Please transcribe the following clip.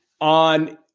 on